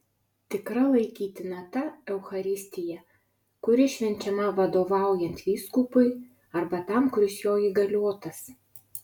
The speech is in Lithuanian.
tikra laikytina ta eucharistija kuri švenčiama vadovaujant vyskupui arba tam kuris jo įgaliotas